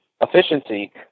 efficiency